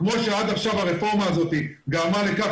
כמו שעד עכשיו הרפורמה הזאת גרמה לכך